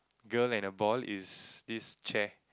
girl and a boy is this chair